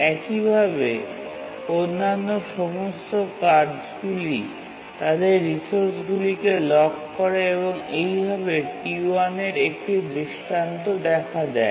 একইভাবে অন্যান্য সমস্ত কাজগুলি তাদের রিসোর্সগুলিকে লক করে এবং এইভাবে T1 এর একটি দৃষ্টান্ত দেখা দেয়